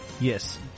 yes